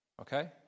Okay